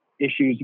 issues